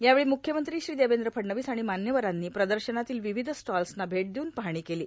यावेळी मुख्यमंत्री श्री देवद्र फडणवीस आर्गण मान्यवरांनी प्रदशनातील र्वावध स्टॉल्सना भेट देवून पाहणी केलो